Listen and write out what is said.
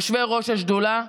יושבי-ראש השדולה,